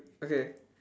okay